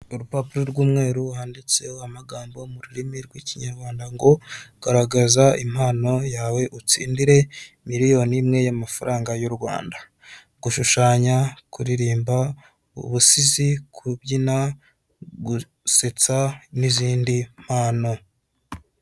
Urupapuro rw'umweru wanditseho amagambo mu rurimi rw'ikinyarwanda ngo garagaza impano yawe utsindire miliyoni imwe y'amafaranga y'u Rwanda gushushanya, kuririmba, ubusizi, kubyina, gusetsa ni'izindi mpano.